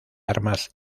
armas